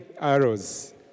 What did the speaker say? arrows